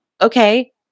okay